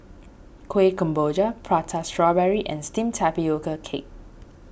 Kueh Kemboja Prata Strawberry and Steamed Tapioca Cake